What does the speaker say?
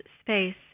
space